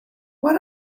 why